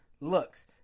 looks